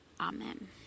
Amen